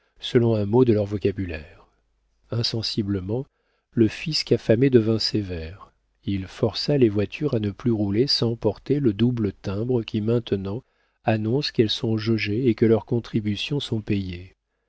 selon un mot de leur vocabulaire insensiblement le fisc affamé devint sévère il força les voitures à ne plus rouler sans porter le double timbre qui maintenant annonce qu'elles sont jaugées et que leurs contributions sont payées